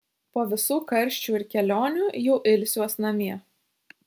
po visų karščių ir kelionių jau ilsiuos namie